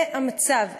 זה המצב,